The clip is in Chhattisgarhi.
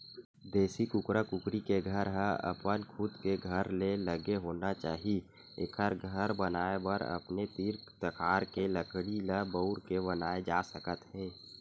देसी कुकरा कुकरी के घर ह अपन खुद के घर ले लगे होना चाही एखर घर बनाए बर अपने तीर तखार के लकड़ी ल बउर के बनाए जा सकत हे